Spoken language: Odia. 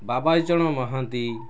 ବାବାଜୀ ଚରଣ ମହାନ୍ତି